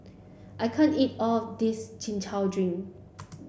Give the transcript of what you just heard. I can't eat all of this Chin Chow drink